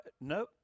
no